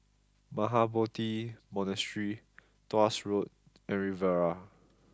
Mahabodhi Monastery Tuas Road and Riviera